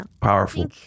powerful